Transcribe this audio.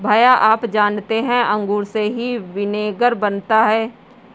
भैया आप जानते हैं अंगूर से ही विनेगर बनता है